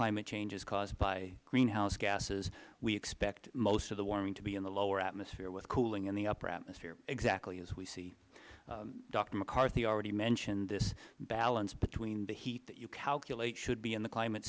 climate change is caused by greenhouse gases we expect most of the warming to be in the lower atmosphere with cooling in the upper atmosphere exactly as we see doctor mccarthy already mentioned this balance between the heat that you calculate should be in the climate